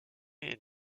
est